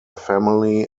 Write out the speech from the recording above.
family